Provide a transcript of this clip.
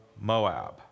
Moab